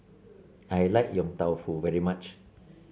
I like Yong Tau Foo very much